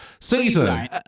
season